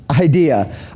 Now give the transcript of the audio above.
idea